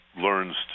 learns